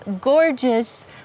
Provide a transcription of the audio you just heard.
gorgeous